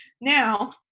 Now